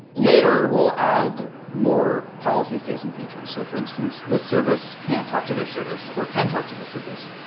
later, we'll add more policy facing future. so for instance this service can't talk to this service or can talk to the service,